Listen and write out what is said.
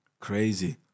Crazy